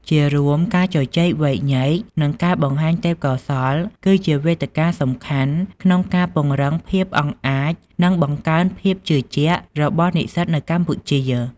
ជារួម ការជជែកវែកញែក និងការបង្ហាញទេពកោសល្យគឺជាវេទិកាសំខាន់ក្នុងការពង្រឹងភាពអង់អាច និងបង្កើនភាពជឿជាក់របស់និស្សិតនៅកម្ពុជា។